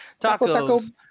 Tacos